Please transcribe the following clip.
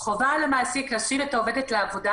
חובה על המעסיק להשיב את העובדת לעבודה